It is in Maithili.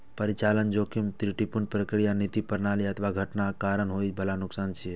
परिचालन जोखिम त्रुटिपूर्ण प्रक्रिया, नीति, प्रणाली अथवा घटनाक कारण होइ बला नुकसान छियै